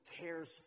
cares